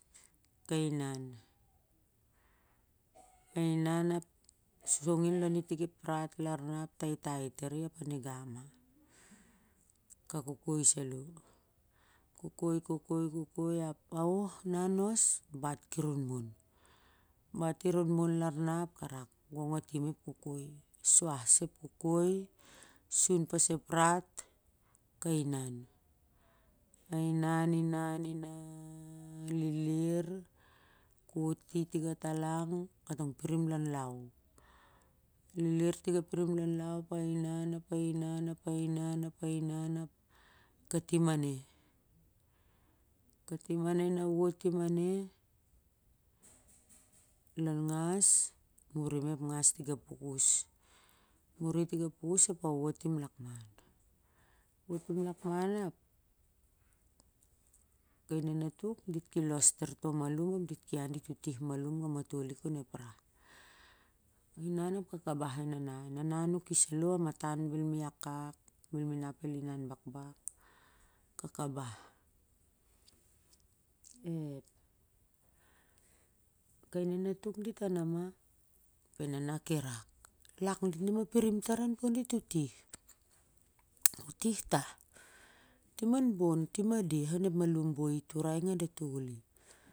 Ka inan, inan ap a song i lon i tik ep rat lar na ap taitai tari apa nigau ma. Ka kopoi salo kokoi kokoi ap na nos ap aoh ep bat ki ron mon salo bat i ronmon lar na ap ka rak inap ep kokoi, suah sa ep kokoi lar na sun pas ep rat ap ra inan, inan, inan lilir tiga pirim lon lau ap a inan inah ap katim a ne katim a ne na wot tim a ne lon ngas uring eo ngas tiga pukus, muri tiga pukus ap dit ki inan tar dit utih malum ka matoli ko ep rah. Inan ap ka kabah enana. nana salo nuki matan bel ma i akak bel ma inap el inan bakbak ka kabah i kai nanatuk dit a nah ma ap e nana ki rak lak dit a nim ma pirim an bon dit utih, utih tah tim an an bontim an deh onep malum boi turai ngadatoli.